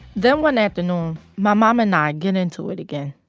then, one afternoon, my mom and i get into it again.